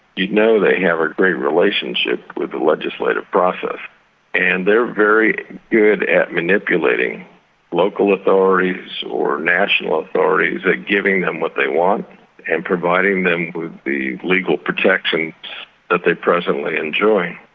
you'd know they have a great relationship with the legislative process and they're very good at manipulating local authorities or national authorities into giving them what they want and providing them with the legal protections that they presently enjoy.